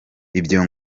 ibyo